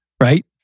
right